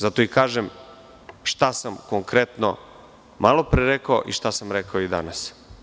Zato i kažem šta sam konkretno malo pre rekao i šta sam rekao i danas.